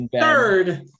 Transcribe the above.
Third